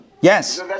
Yes